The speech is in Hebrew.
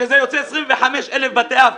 שזה יוצא 25,000 בתי אב,